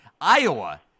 Iowa